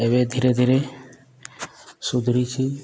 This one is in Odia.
ଏବେ ଧୀରେ ଧୀରେ ସୁଧୁରିଛି